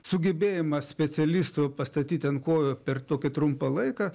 sugebėjimas specialistų pastatyti ant kojų per tokį trumpą laiką